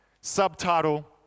Subtitle